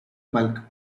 bulk